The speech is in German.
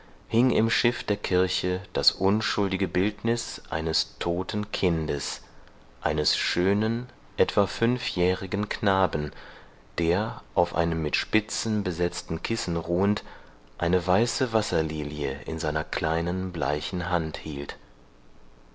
hing im schiff der kirche das unschuldige bildnis eines toten kindes eines schönen etwa fünfjährigen knaben der auf einem mit spitzen besetzten kissen ruhend eine weiße wasserlilie in seiner kleinen bleichen hand hielt